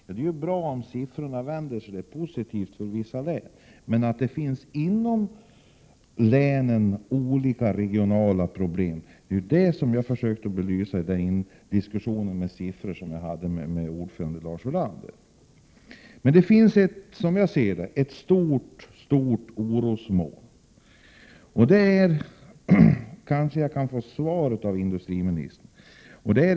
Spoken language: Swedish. Fru talman! Det är bra om man nu kan redovisa bättre siffror, för det är positivt för vissa län. Men det finns inomregionala problem i länen. Detta försökte jag belysa i min diskussion med utskottets ordförande Lars Ulander. Men det finns, som jag ser det, ett stort orosmoln, och där kanske jag kan få besked från industriministern.